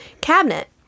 cabinet